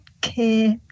care